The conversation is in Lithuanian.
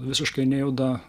visiškai nejuda